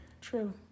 True